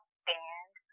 stand